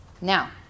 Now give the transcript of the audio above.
Now